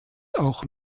auch